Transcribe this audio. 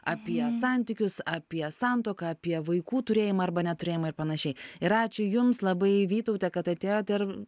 apie santykius apie santuoką apie vaikų turėjimą arba neturėjimą ir panašiai ir ačiū jums labai vytaute kad atėjot ir